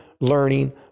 learning